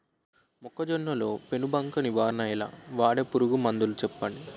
మొక్కజొన్న లో పెను బంక నివారణ ఎలా? వాడే పురుగు మందులు చెప్పండి?